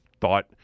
thought